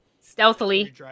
Stealthily